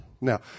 Now